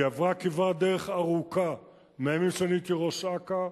היא עברה כברת דרך ארוכה מהימים שאני הייתי ראש אכ"א.